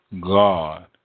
God